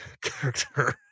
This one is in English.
character